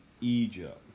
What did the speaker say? Egypt